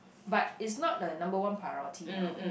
but it's not the number one priority now